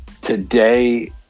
Today